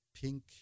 pink